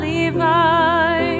Levi